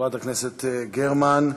חברת הכנסת גרמן.